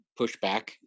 pushback